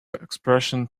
expression